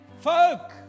Folk